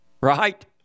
right